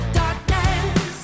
darkness